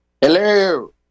Hello